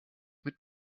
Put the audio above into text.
mit